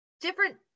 different